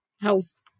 health